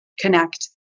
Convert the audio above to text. Connect